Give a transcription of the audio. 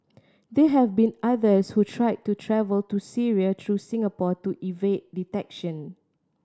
they have been others who tried to travel to Syria through Singapore to evade detection